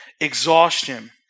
exhaustion